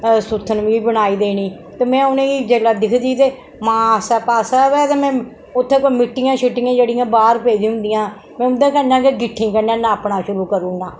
सुत्थन बी बनाई देनी ते में उनेंगी जेल्लै दिखदी ते मां आसे पासे ते में उत्थे कोई मिट्टियां शिट्टियां जेह्ड़ियां बाह्र पेदियां होंदियां हा उन्दे कन्नै गै गिट्ठें कन्नै नापना शुरू करी ओड़ना